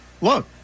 look